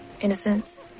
Innocence